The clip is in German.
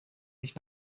mich